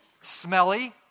Smelly